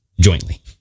jointly